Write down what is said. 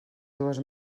dues